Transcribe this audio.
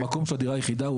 על המקום של הדירה היחידה,